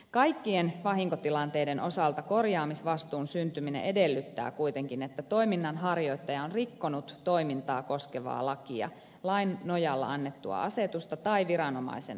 kaikkien vahinkotilanteiden osalta korjaamisvastuun syntyminen edellyttää kuitenkin että toiminnanharjoittaja on rikkonut toimintaa koskevaa lakia lain nojalla annettua asetusta tai viranomaisen antamaa määräystä